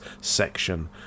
section